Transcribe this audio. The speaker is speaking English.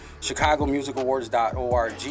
ChicagoMusicAwards.org